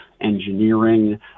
engineering